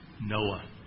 Noah